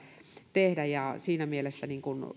tehdä siinä mielessä